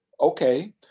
okay